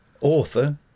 author